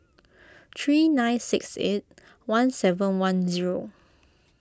three nine six eight one seven one zero